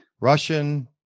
Russian